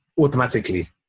automatically